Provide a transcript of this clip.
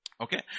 Okay